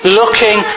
looking